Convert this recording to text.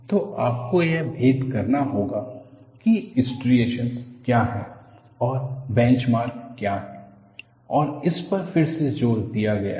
तो आपको यह भेद करना होगा कि स्ट्रिएशनस क्या हैं और बेंचमार्क क्या हैं और इस पर फिर से जोर दिया गया है